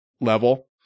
level